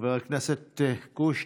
חבר הכנסת קושניר,